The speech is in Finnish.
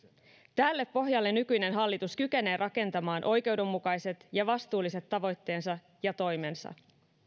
tälle pohjalle nykyinen hallitus kykenee rakentamaan oikeudenmukaiset ja vastuulliset tavoitteensa ja toimensa